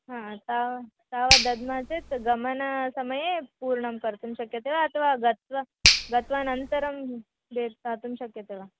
हा ताव तावत् दद्मः चेत् गमनसमये पूर्णं कर्तुं शक्यते वा अथवा गत्वा गमनानन्तरं दे दातुं शक्यते वा